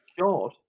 God